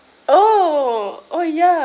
oh oh ya